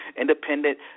Independent